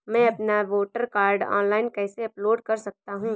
मैं अपना voter card online कैसे अपलोड कर सकता हूँ?